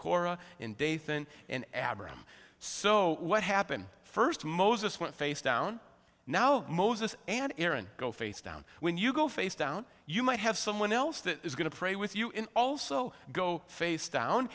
korah in dayton and average him so what happened first moses went face down now moses and aaron go face down when you go face down you might have someone else that is going to pray with you in also go face down